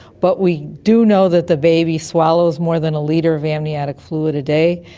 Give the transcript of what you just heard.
but we do know that the baby swallows more than a litre of amniotic fluid a day,